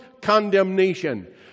condemnation